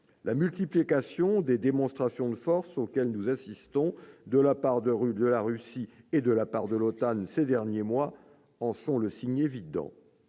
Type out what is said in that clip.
La multiplication des démonstrations de force auxquelles nous assistons de la part de la Russie et de l'OTAN ces derniers mois en est le signe évident.